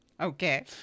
Okay